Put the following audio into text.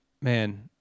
Man